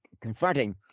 confronting